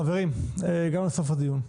חברים, הגענו לסוף הדיון.